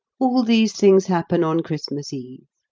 all these things happen on christmas eve,